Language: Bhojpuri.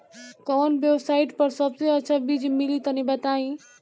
कवन वेबसाइट पर सबसे अच्छा बीज मिली तनि बताई?